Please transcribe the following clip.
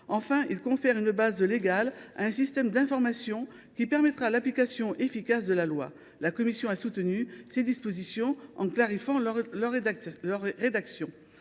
article confère une base légale à un système d’information qui permettra l’application efficace de la loi. La commission a soutenu ces dispositions en clarifiant leur rédaction.